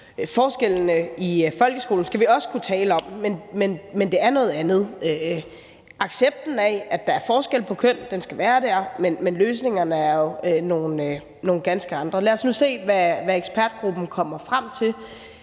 Forskellene i folkeskolen skal vi også kunne tale om, men det er noget andet. Accepten af, at der er forskel på kønnene, skal være der, men løsningerne er nogle ganske andre. Lad os nu se, hvad ekspertgruppen kommer frem til.